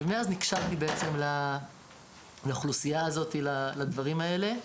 ומאז בעצם נקשרתי לאוכלוסייה הזאת, לדברים האלה,